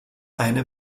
eine